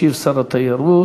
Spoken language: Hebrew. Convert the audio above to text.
ישיב שר התיירות.